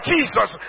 Jesus